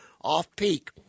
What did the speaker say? off-peak